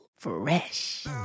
Fresh